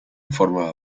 formaba